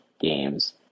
games